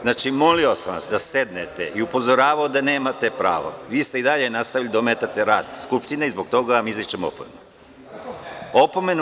Znači, molio sam vas da sednete i upozoravao da nemate pravo, a vi ste i dalje nastavljali da ometate rad Skupštine i zbog toga vam izričem opomenu.